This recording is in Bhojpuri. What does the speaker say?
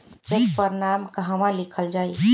चेक पर नाम कहवा लिखल जाइ?